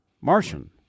Martian